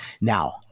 now